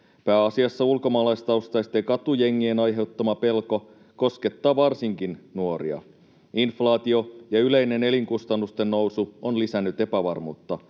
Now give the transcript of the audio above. Pääasiassa ulkomaalaistaustaisten katujengien aiheuttama pelko koskettaa varsinkin nuoria. Inflaatio ja yleinen elinkustannusten nousu ovat lisänneet epävarmuutta.